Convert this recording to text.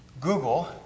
Google